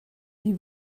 die